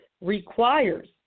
requires